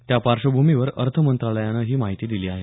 त्या पार्श्वभूमीवर अर्थ मंत्रालयानं ही माहिती दिली आहे